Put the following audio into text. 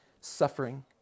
suffering